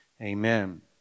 amen